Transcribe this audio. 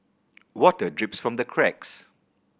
water drips from the cracks